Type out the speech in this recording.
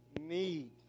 need